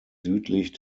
südlich